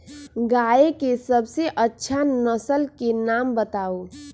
गाय के सबसे अच्छा नसल के नाम बताऊ?